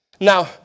Now